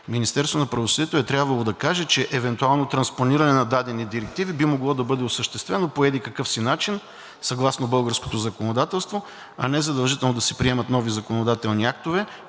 Министерството на правосъдието е трябвало да каже, че евентуално транспонирането на дадени директиви би могло да бъде осъществено по еди-какъв си начин, съгласно българското законодателство, а не задължително да се приемат нови законодателни актове,